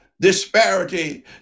disparity